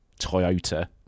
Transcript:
Toyota